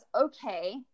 okay